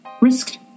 risked